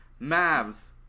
Mavs